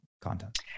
content